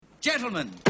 Gentlemen